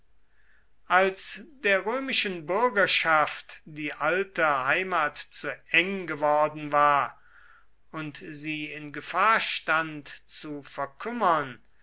als der römischen bürgerschaft die alte heimat zu eng geworden war und sie in gefahr stand zu verkümmern